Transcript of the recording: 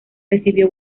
recibió